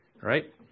right